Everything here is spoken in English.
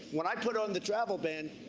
when i put on the travel ban,